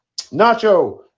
nacho